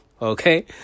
Okay